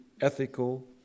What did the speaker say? ethical